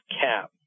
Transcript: CAP